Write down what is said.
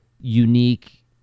unique